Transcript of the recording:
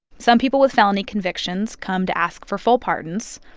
some people with felony convictions come to ask for full pardons.